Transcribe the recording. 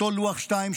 אותו לוח 2,